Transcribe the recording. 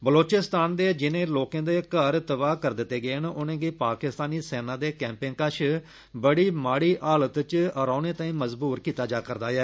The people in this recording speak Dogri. बलुचिस्तान दे जिनें लोकें दे ार तबाह करी दित्ते गेये नउनेंगी पाकिस्तानी सेना दे कैंपें कश बड़ी माड़ी हालत च रौहने ताई मज़बूर कीता जा'रदा ऐ